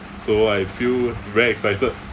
so I feel very excited